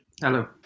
Hello